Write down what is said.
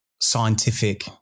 scientific